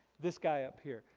this guy up here,